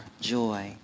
joy